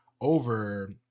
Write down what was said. over